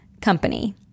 company